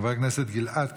חבר הכנסת גלעד קריב.